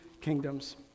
kingdoms